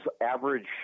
average